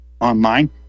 online